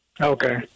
Okay